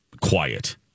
quiet